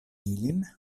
ilin